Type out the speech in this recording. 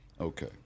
Okay